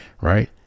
Right